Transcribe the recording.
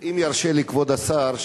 אם ירשה לי כבוד השר,